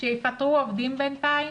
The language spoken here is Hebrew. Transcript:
שיפטרו עובדים בינתיים